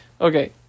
Okay